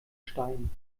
stein